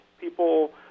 people